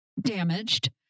damaged